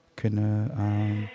kunnen